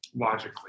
logically